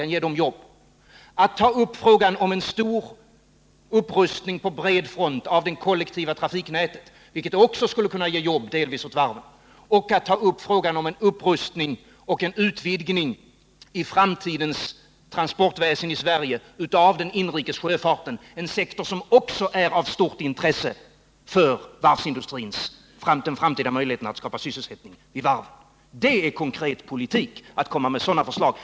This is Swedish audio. Det är förslaget att ta upp frågan om en stor rustning på bred front av det kollektiva trafiknätet, vilket också delvis skulle kunna ge jobb åt varven. Det är förslaget att ta upp frågan om en upprustning och en utvidgning av den inrikes sjöfarten i det framtida svenska transportväsendet — en sektor som också är av stort intresse för de framtida möjligheterna att skapa sysselsättning vid varven. Det är en konkret politik att komma med sådana förslag.